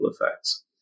effects